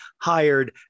hired